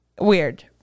Weird